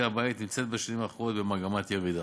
למשקי-הבית נמצאת בשנים האחרונות במגמת ירידה.